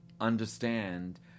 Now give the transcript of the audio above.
understand